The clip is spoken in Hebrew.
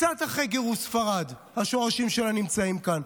קצת אחרי גירוש ספרד השורשים שלה נמצאים כאן,